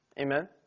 Amen